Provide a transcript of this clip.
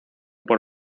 por